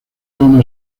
una